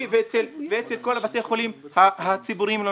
ואצל כל בתי החולים הציבוריים והממשלתיים.